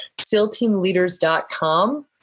sealteamleaders.com